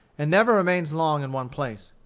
and never remains long in one place.